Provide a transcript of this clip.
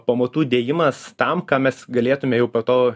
pamatų dėjimas tam ką mes galėtume jau po to